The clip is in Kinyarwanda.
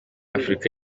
afurika